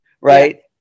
right